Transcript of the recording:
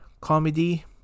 comedy